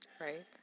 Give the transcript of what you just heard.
right